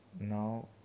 now